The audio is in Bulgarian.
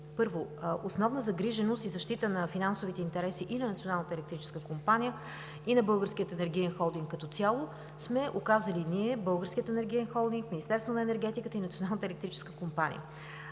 Първо, основна загриженост и защита на финансовите интереси на Националната електрическа компания и на Българския енергиен холдинг като цяло сме оказвали ние, Българският енергиен холдинг, Министерство на енергетиката и Националната електрическа компания.